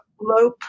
low